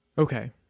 okay